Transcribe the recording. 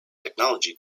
technology